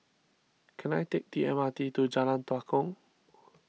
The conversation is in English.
can I take the M R T to Jalan Tua Kong